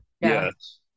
Yes